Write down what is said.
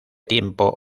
tiempo